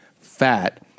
fat